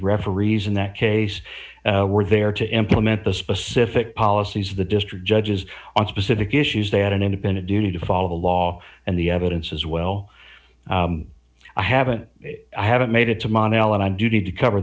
referees in that case were there to implement the specific policies of the district judges on specific issues they had an independent duty to follow the law and the evidence as well i haven't i haven't made it to mondale and i do need to cover